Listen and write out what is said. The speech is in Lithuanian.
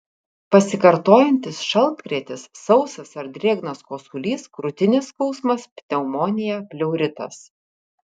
pasikartojantis šaltkrėtis sausas ar drėgnas kosulys krūtinės skausmas pneumonija pleuritas